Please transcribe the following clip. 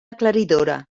aclaridora